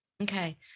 okay